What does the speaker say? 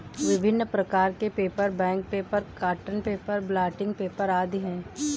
विभिन्न प्रकार के paper, bank paper, cotton paper, blotting paper आदि हैं